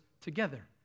together